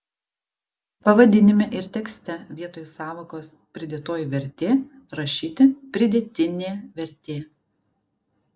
pavadinime ir tekste vietoj sąvokos pridėtoji vertė rašyti pridėtinė vertė